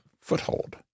foothold